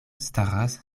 staras